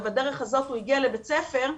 ובדרך הזאת הוא הגיע לבית הספר,